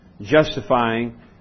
justifying